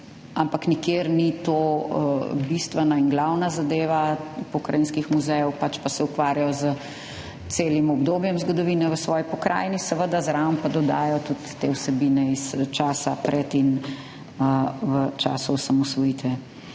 ampak nikjer ni to bistvena in glavna zadeva pokrajinskih muzejev, pač pa se ukvarjajo s celim obdobjem zgodovine v svoji pokrajini, seveda pa zraven dodajo tudi te vsebine iz časa pred in v času osamosvojitve.